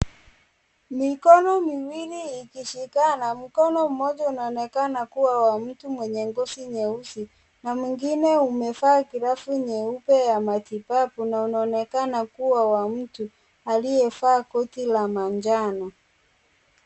Mikono miwili ikishikana, mkono mmoja unaonekana kuwa wa mtu mwenye ngozi nyeusi na mwingine umevaa glavu nyeupe ya matibabu na unaonekana kuwa wa mtu aliyevaa koti la manjano.